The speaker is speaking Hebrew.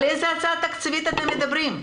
על איזו הצעה תקציבית אתם מדברים?